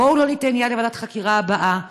בואו לא ניתן יד לוועדת החקירה הבאה.